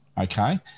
Okay